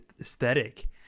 aesthetic